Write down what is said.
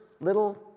little